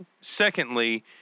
secondly